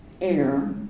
air